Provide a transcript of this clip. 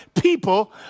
people